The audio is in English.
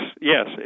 yes